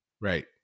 Right